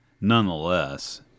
nonetheless